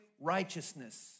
righteousness